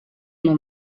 una